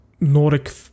Nordic